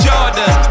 Jordan